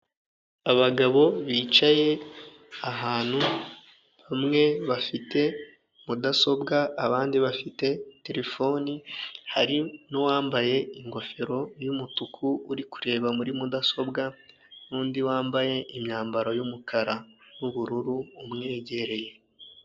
Abagabo bicaye ahantu hamwe bafite mudasobwa, abandi bafite terefone, hari n'uwambaye ingofero y'umutuku uri kureba muri mudasobwa, nundi wambaye imyambaro y'umukara n'ubururu umwegereye.